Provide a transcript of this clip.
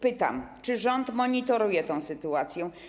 Pytam: Czy rząd monitoruje tę sytuację?